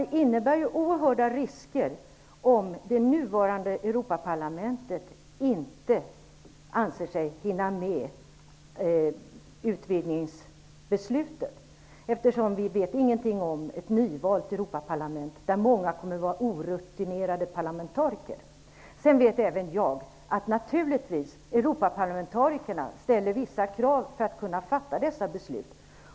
Det innebär ju oerhörda risker, om det nuvarande Europaparlamentet inte anser sig hinna med utvidgningsbeslutet. Vi vet ju inte någonting om nyvalet till Europaparlamentet, men många av dem som väljs in kommer att vara orutinerade parlamentariker. Även jag vet att Europaparlamentarikerna naturligtvis ställer vissa krav för att kunna fatta dessa beslut.